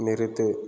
நிறுத்து